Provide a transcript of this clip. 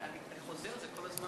אני חוזר על זה כל הזמן.